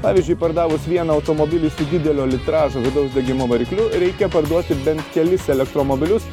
pavyzdžiui pardavus vieną automobilį su didelio litražo vidaus degimo varikliu reikia parduoti bent kelis elektromobilius